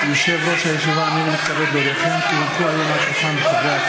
נא להוציא אותו החוצה.